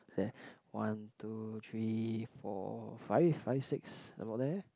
one two three four five five six about there